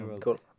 cool